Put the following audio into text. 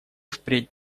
впредь